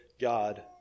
God